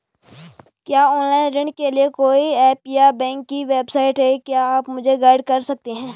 क्या ऑनलाइन ऋण के लिए कोई ऐप या बैंक की वेबसाइट है क्या आप मुझे गाइड कर सकते हैं?